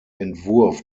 entwurf